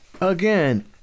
Again